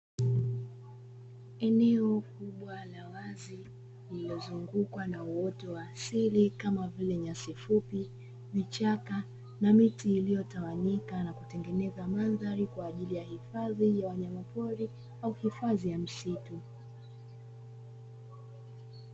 Eneo kubwa la wazi lililozungukwa na uoto wa asili kama vile; nyasi fupi, vichaka na miti iliyotawanyika na kutengeneza mandhari kwa ajili ya hifadhi ya wanyamapori au hifadhi ya misitu.